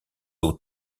eaux